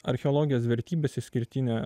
archeologijos vertybės išskirtine